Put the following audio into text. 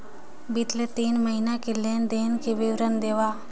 बितले तीन महीना के लेन देन के विवरण देवा?